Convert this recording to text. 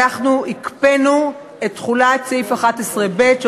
הקפאנו את תחולת סעיף 11(ב) לחוק,